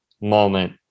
moment